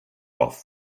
off